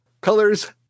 Colors